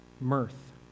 Mirth